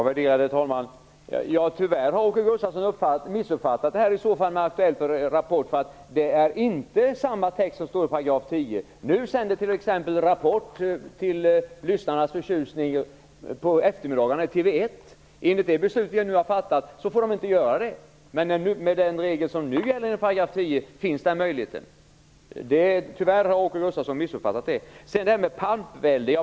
Värderade talman! Tyvärr har Åke Gustavsson i så fall missuppfattat detta med Aktuellt och Rapport. Det är inte samma text som står i 10 §. Nu sänder t.ex. Kanal 1. Enligt det beslut vi nu skall fatta får de inte göra det. Med den regel som nu gäller enligt 10 § finns den möjligheten. Tyvärr har Åke Gustavsson missuppfattat det.